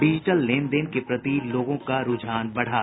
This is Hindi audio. डिजीटल लेन देन के प्रति लोगों का रूझान बढ़ा